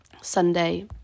Sunday